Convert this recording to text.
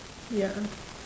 ya